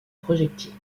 projectiles